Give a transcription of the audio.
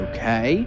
Okay